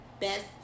best